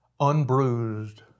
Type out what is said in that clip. Unbruised